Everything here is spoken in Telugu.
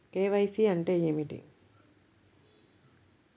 కే.వై.సి అంటే ఏమిటి?